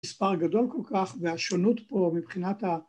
מספר גדול כל כך והשונות פה מבחינת